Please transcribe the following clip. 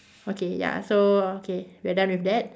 okay ya so okay we are done with that